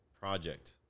project